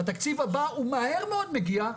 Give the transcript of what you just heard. והתקציב הבא הוא מהר מאוד מגיע,